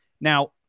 Now